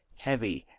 heavy,